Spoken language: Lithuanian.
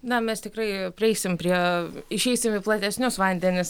na mes tikrai prieisim prie išeisim į platesnius vandenis